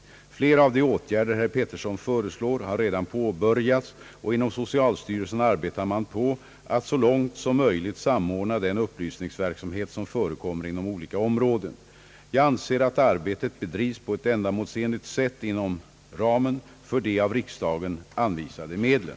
Flera av Om ökad hälsoupplysning de åtgärder herr Pettersson föreslår har redan påbörjats, och inom socialstyrelsen arbetar man på att så långt som möjligt samordna den upplysningsverksamhet som förekommer inom olika områden. Jag anser att arbetet bedrivs på ett ändamålsenligt sätt inom ramen för de av riksdagen anvisade medlen.